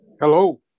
Hello